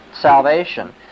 salvation